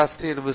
பேராசிரியர் பி